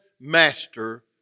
master